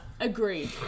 Agreed